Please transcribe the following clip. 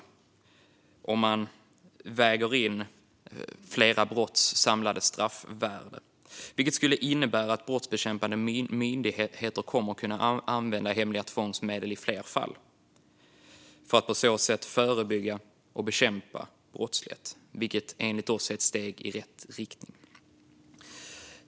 Exempelvis föreslås att man ska väga in flera brotts samlade straffvärde, vilket skulle innebära att brottsbekämpande myndigheter kan använda hemliga tvångsmedel i fler fall för att på så sätt förebygga och bekämpa brottslighet. Det är enligt oss ett steg i rätt riktning.